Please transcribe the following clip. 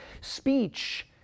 speech